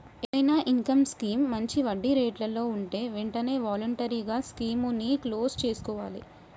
ఏదైనా income scheme మంచి వడ్డీరేట్లలో వుంటే వెంటనే వాలంటరీగా స్కీముని క్లోజ్ చేసుకోవాలే